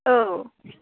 औ